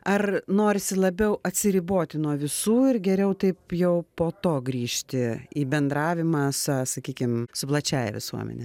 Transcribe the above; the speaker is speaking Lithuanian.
ar norisi labiau atsiriboti nuo visų ir geriau taip jau po to grįžti į bendravimą sa sakykim su plačiąja visuomene